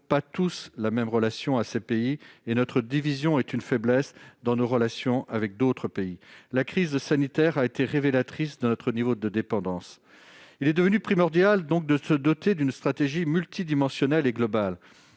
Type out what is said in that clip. pas tous la même relation à ces pays, et notre division est une faiblesse. La crise sanitaire a été révélatrice de notre niveau de dépendance. Il est devenu primordial de nous doter d'une stratégie multidimensionnelle et globale.